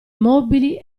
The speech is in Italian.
mobili